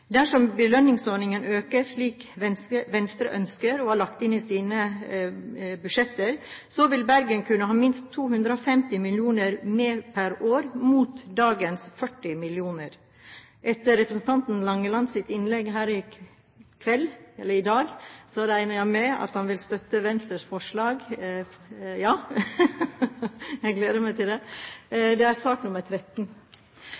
Dersom belønningsordningen økes, slik Venstre ønsker og har lagt inn i sine budsjetter, vil Bergen kunne ha minst 250 mill. kr mer per år, mot dagens 40 mill. kr. Etter representanten Langelands innlegg i dag regner jeg med at han vil støtte Venstres forslag – i sak nr. 13. Det gleder jeg meg til. Avslutningsvis: Det